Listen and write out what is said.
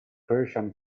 persian